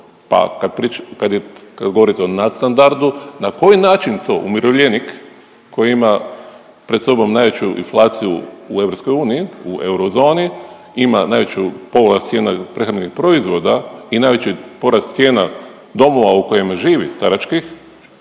pa kad govorite o nadstandardu, na koji način to umirovljenik koji ima pred sobom najveću inflaciju u EU, u eurozoni ima najveću porast cijena prehrambenih proizvoda i najveće porast cijena domova u kojima živi, staračkih,